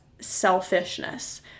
selfishness